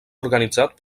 organitzat